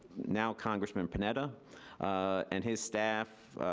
now congressman panetta and his staff,